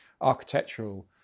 architectural